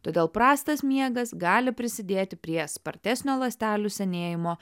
todėl prastas miegas gali prisidėti prie spartesnio ląstelių senėjimo